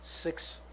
six